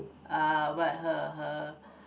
uh but her her